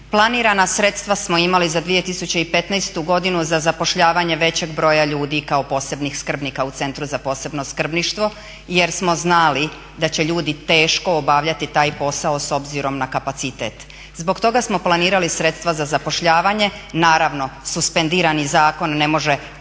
Planirana sredstva smo imali za 2015. godinu za zapošljavanje većeg broja ljudi kao posebnih skrbnika u Centru za posebno skrbništvo jer smo znali da će ljudi teško obavljati taj posao s obzirom na kapacitet. Zbog toga smo planirali sredstva za zapošljavanje. Naravno suspendirani zakon ne može,